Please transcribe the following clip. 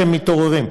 כשהם מתעוררים.